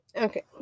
Okay